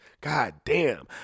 Goddamn